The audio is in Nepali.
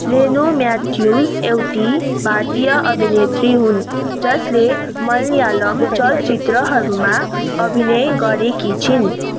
रेनु म्याथ्यूज एउटी भारतीय अभिनेत्री हुन् जसले मलयालम चलचित्रहरूमा अभिनय गरेकी छिन्